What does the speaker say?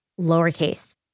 lowercase